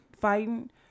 fighting